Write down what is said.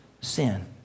sin